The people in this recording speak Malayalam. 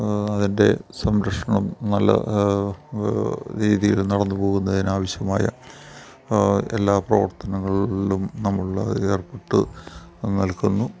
അതിൻ്റെ സംരക്ഷണം നല്ല രീതിയിൽ നടന്നു പോകുന്നതിന് ആവശ്യമായ എല്ലാ പ്രവർത്തനങ്ങളിലും നമ്മൾ ഏർപ്പെട്ട് നിൽക്കുന്നു